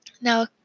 Now